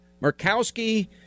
Murkowski